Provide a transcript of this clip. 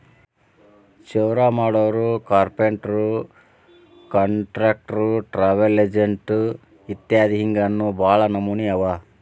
ಚೌರಾಮಾಡೊರು, ಕಾರ್ಪೆನ್ಟ್ರು, ಕಾನ್ಟ್ರಕ್ಟ್ರು, ಟ್ರಾವಲ್ ಎಜೆನ್ಟ್ ಇತ್ಯದಿ ಹಿಂಗ್ ಇನ್ನೋ ಭಾಳ್ ನಮ್ನೇವ್ ಅವ